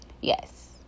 Yes